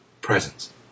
presence